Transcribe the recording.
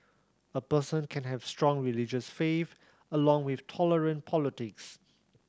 a person can have strong religious faith along with tolerant politics